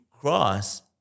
cross